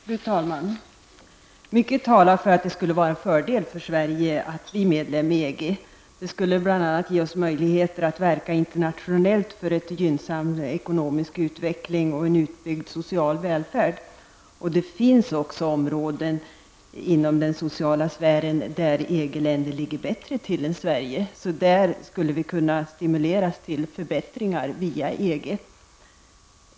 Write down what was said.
Fru talman! Mycket talar för att det skulle vara en fördel för Sverige att bli medlem i EG. Det skulle bl.a. ge oss möjligheter att verka internationellt för en gynnsam ekonomisk utveckling och en utbyggd social välfärd. Det finns också områden inom den sociala sfären där EG-länderna ligger bättre till än Sverige. Där skulle vi kunna stimuleras till förbättringar via EG.